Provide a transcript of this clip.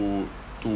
to to